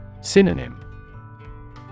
Synonym